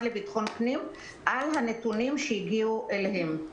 לביטחון פנים על הנתונים שהגיעו אליהם.